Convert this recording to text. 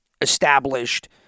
established